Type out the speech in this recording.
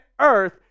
earth